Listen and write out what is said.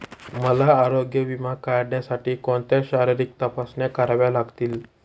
मला आरोग्य विमा काढण्यासाठी कोणत्या शारीरिक तपासण्या कराव्या लागतील?